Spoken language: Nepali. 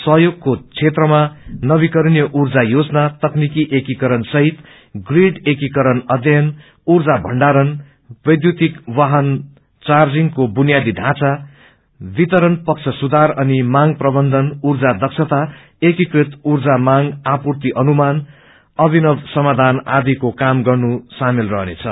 सहयोगको क्षेत्रहरूमा नवीकरीय ऊर्जा योजना तकनीकि एकीकरणसहित ब्रिड एकीकरण अध्ययन ऊर्जा मण्डारण वेघूतिक वाहन चार्जिङको बुनियादी ढ़ाँचा ख वितरण पक्ष सुधार अनि मांग प्रबन्यन ऊर्जा दस्ता एक्रीकृत ऊर्जा मांग आपूर्ति अनुमान अभिनव समायान आदिको काम गर्नु सामेल हुनेछ